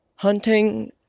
Hunting